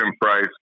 price